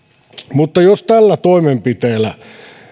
mutta jos tällä toimenpiteellä